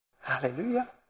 Hallelujah